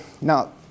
now